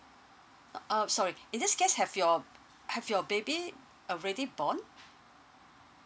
uh sorry in this case have your have your baby already born